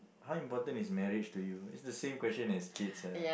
how important is marriage to you it's the same question as kids ah